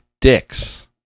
Dick's